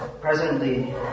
presently